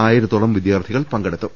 ആയിരത്തോളം വിദ്യാർത്ഥികൾ പങ്കെടുത്തു